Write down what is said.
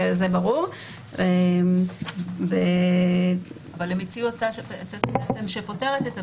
הם הציעו הצעה שפותרת את הבעיה.